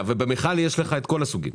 ובמיכל יש לך את כל הסוגים?